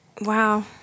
Wow